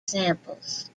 samples